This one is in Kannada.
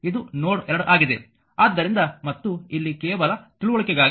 ಆದ್ದರಿಂದ ಮತ್ತು ಇಲ್ಲಿ ಕೇವಲ ತಿಳುವಳಿಕೆಗಾಗಿ